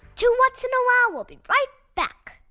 two whats? and a wow! will be right back.